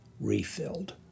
refilled